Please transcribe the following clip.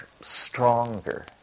stronger